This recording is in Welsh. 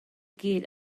gyd